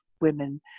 women